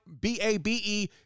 B-A-B-E